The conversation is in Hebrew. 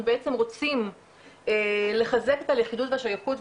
בעצם רוצים לחזק את הלכידות והשייכות,